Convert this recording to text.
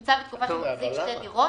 שנמצא בתקופה שהוא מחזיק שתי דירות,